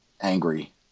angry